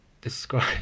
describe